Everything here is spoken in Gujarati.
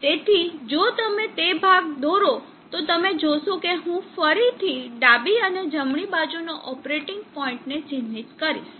તેથી જો તમે તે ભાગ દોરો તો તમે જોશો કે હું ફરીથી ડાબી અને જમણી બાજુનો ઓપરેટિંગ પોઇન્ટને ચિહ્નિત કરીશ